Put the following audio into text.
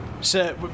Sir